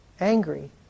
angry